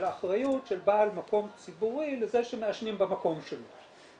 אחריות של בעל מקום ציבורי לזה שמעשנים במקום שלו.